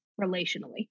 relationally